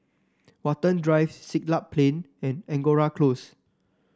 Watten Drive Siglap Plain and Angora Close